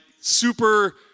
super